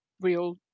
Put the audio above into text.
real